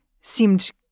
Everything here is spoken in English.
seemed